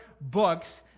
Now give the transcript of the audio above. books